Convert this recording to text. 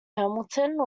hamilton